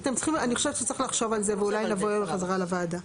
אני חושבת שצריך לחשוב על זה ואולי לבוא חזרה לוועדה,